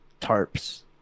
tarps